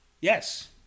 Yes